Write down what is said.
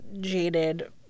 jaded